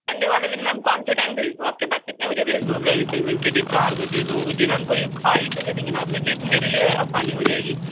Sunday والے دِن ma'am کونسی ٹائم بھیج دوں آپ کے پاس کتنے بجے بھیج دوں اپنا ریپریزنٹیٹیو چار بجے دو بجے میم کوئی آئیڈیا دے دیں گے نا میرے لئے میرے لئے آسانی ہو جائے گی